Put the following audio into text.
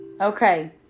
okay